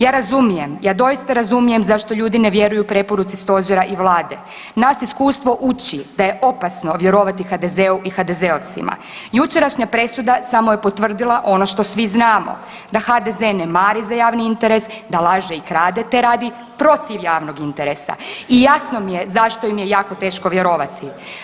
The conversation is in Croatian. Ja razumijem, ja doista razumijem zašto ljudi ne vjeruju preporuci stožera i vlade, nas iskustvo uči da je opasno vjerovati HDZ-u i HDZ-ovcima, jučerašnja presuda samo je potvrdila ono što vi znamo da HDZ ne mari za javni interes, da laže i krade te radi protiv javnog interesa i jasno mi je zašto im je jako teško vjerovati.